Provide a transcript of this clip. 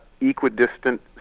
equidistant